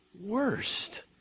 worst